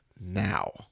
now